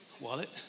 wallet